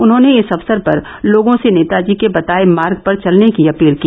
उन्होंने इस अक्सर पर लोगों से नेताजी के बताये मार्ग पर चलने की अपील की